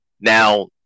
Now